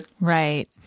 Right